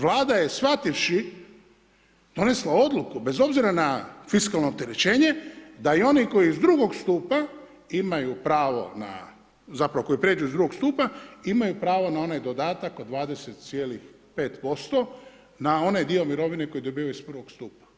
Vlada je shvativši donesla odluku bez obzira na fiskalno opterećenje da i oni koji iz II. stupa imaju pravo na, zapravo koji prijeđu iz II. stupa imaju pravo na onaj dodatak od 20,5% na onaj dio mirovine koji dobivaju iz I. stupa.